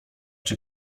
czy